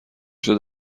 شده